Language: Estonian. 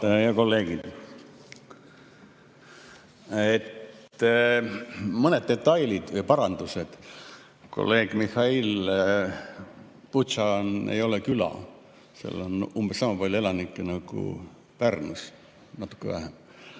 Head kolleegid! Mõned detailid ja parandused. Kolleeg Mihhail, Butša ei ole küla, seal on umbes sama palju elanikke nagu Pärnus, natuke vähem.